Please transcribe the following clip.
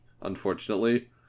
unfortunately